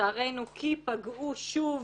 אחרי שלצערנו פגעו שוב,